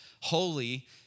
holy